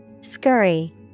Scurry